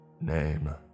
Name